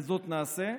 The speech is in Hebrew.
וזאת נעשה.